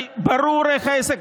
איפה האידיאולוגיה